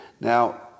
Now